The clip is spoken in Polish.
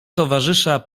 towarzysza